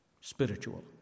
Spiritual